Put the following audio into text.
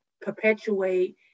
perpetuate